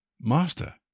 Master